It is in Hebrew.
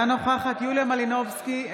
אינה נוכחת יוליה מלינובסקי,